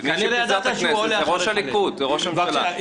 מי שפיזר את הכנסת זה ראש הליכוד וראש הממשלה.